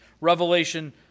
Revelation